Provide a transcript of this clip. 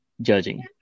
judging